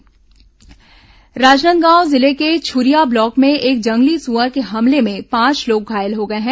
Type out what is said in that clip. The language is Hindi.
जंगली सुअर हमला राजनांदगांव जिले के छुरिया ब्लॉक में एक जंगली सुअर के हमले में पांच लोग घायल हो गए हैं